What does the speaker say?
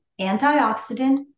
antioxidant